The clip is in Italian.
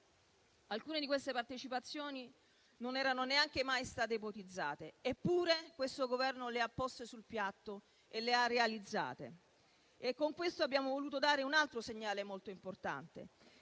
Alcune di queste partecipazioni non erano mai state neanche ipotizzate, eppure questo Governo le ha poste sul piatto e le ha realizzate e con questo abbiamo voluto dare un altro segnale molto importante,